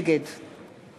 נגד